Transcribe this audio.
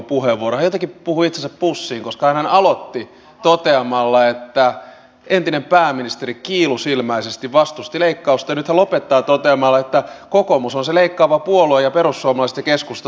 hän jotenkin puhui itsensä pussiin koska hänhän aloitti toteamalla että entinen pääministeri kiilusilmäisesti vastusti leikkausta ja nyt hän lopettaa toteamalla että kokoomus on se leikkaava puolue ja perussuomalaiset ja keskusta tukevat